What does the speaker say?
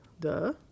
Duh